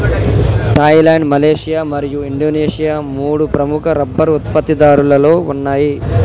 Thailand, Malaysia మరియు Indonesia మూడు ప్రముఖ రబ్బరు ఉత్పత్తిదారులలో ఉన్నాయి